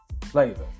flavor